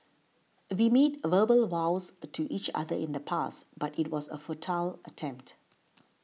we made verbal vows to each other in the past but it was a futile attempt